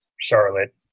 Charlotte